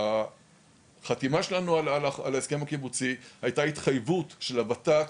ובחתימה שלנו על ההסכם הקיבוצי הייתה התחייבות של הות"ת